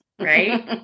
right